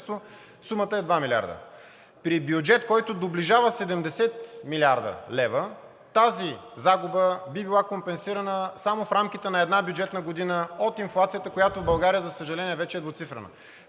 сумата е два милиарда. При бюджет, който доближава 70 млрд. лв., тази загуба би била компенсирана само в рамките на една бюджетна година от инфлацията, която в България за съжаление е вече двуцифрена.